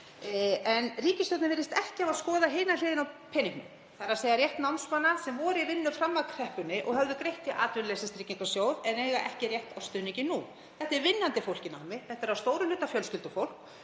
en ríkisstjórnin virðist ekki hafa skoðað hina hliðina á peningnum, þ.e. rétt námsmanna sem voru í vinnu fram að kreppunni og höfðu greitt í Atvinnuleysistryggingasjóð en eiga ekki rétt á stuðningi nú. Þetta er vinnandi fólk í námi. Þetta er að stórum hluta fjölskyldufólk